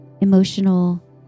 emotional